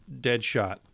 Deadshot